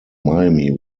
miami